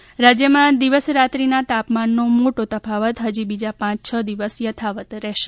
હવામાન રાજ્યમાં દિવસ રાત્રીના તાપમાનનો મોટો તફાવત હજી બીજા પાંચ છ દિવસ યથાવત રહેશે